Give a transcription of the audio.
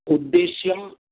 उद्देश्यं